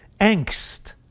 angst